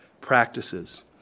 practices